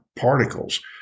particles